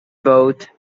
boat